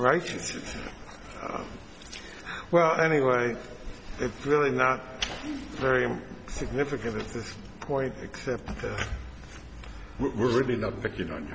right well anyway it's really not very significant at this point except we're really not picking on